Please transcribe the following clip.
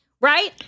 right